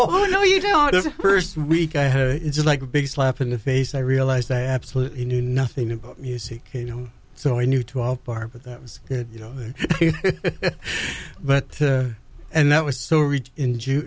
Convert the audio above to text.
oh no you don't have first week i have it's like a big slap in the face i realized i absolutely knew nothing about music you know so i knew twelve bar but that was you know but and that was so rich in june